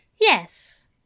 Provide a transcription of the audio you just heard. Yes